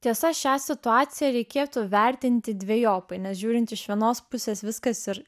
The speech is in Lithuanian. tiesa šią situaciją reikėtų vertinti dvejopai nes žiūrint iš vienos pusės viskas ir